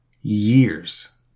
years